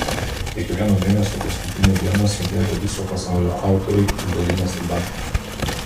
kiekvieno mėnesio paskutinę dieną subėga viso pasaulio autoriai ir dalinasi babkes